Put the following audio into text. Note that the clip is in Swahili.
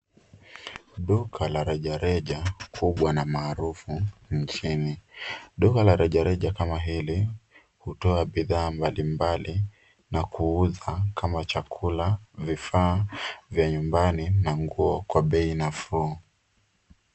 Duka la rejareja kubwa na maarufu nchini. Duka la rejareja kama hili hutoa bidhaa mbalimbali na kuuza kama chakula, vifaa vya nyumbani na nguo kwa bei nafuu.